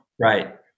Right